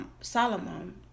Solomon